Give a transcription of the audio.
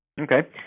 Okay